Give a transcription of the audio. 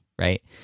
right